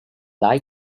lights